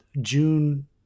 june